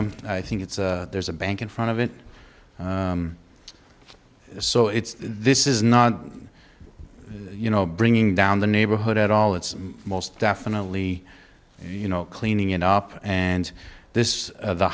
i think it's there's a bank in front of it so it's this is not you know bringing down the neighborhood at all it's most definitely you know cleaning it up and this is the